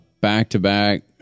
back-to-back